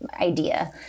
idea